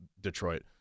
Detroit